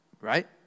Right